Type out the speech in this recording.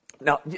Now